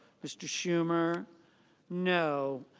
mr. schumer no.